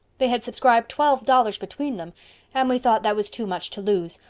they had subscribed twelve dollars between them and we thought that was too much to lose,